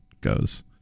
goes